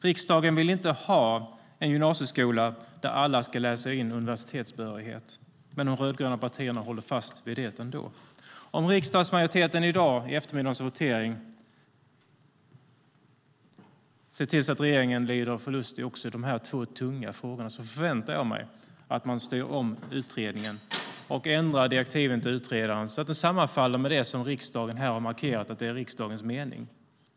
Riksdagen vill inte ha en gymnasieskola där alla ska läsa in universitetsbehörighet, men de rödgröna partierna håller fast vid det ändå. Om riksdagsmajoriteten vid eftermiddagens votering ser till att regeringen lider förlust också i dessa två tunga frågor förväntar jag mig att man styr om utredningen och ändrar direktiven till utredaren, så att de sammanfaller med det som riksdagen har markerat är riksdagens mening.